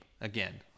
again